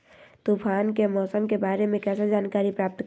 तूफान के मौसम के बारे में कैसे जानकारी प्राप्त करें?